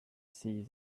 see